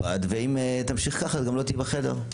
אני רוצה להתנצל כשאמרתי שאני לא רוצה לשמוע את משרד הבריאות.